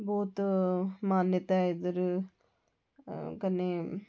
बोह्त मान्यता ऐ इद्धर कन्नै